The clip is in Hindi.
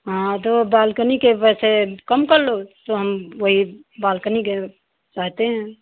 हाँ तो आप बालकनी के पैसे कम कर लो तो हम वही बालकनी के कहते हैं